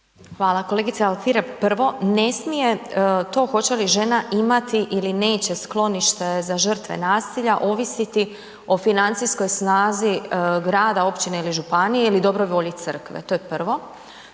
Hvala. Kolegice Alfirev, prvo ne smije to hoće li žena imati ili neće sklonište za žrtve nasilja ovisiti o financijskoj snazi grada, općine ili županije ili dobroj volji crkve, to je prvo.